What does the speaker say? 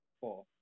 Four